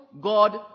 God